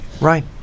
right